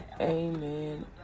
Amen